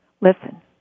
Listen